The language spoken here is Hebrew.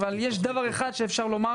אבל יש דבר אחד שאפשר לומר